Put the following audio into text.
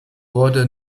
wurde